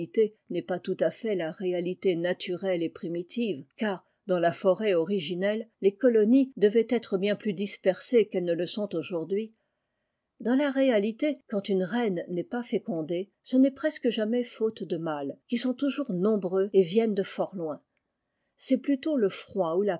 est pas tout à fait la réalité naturelle et primitive car dans la forêt originelle les colonies devaient être bien plus dispersées qu elles ne le sont aujourd'hui dans la réalité quand une reine n'est pas fécondée ce n'est presque jamais faute de mâles qui sont toujours nombreux et viennent de fort loin c'est plutôt le froid ou la